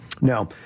Now